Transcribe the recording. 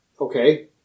okay